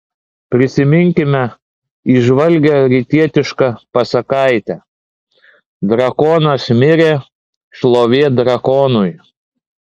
prisiminkime įžvalgią rytietišką pasakaitę drakonas mirė šlovė drakonui